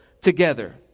together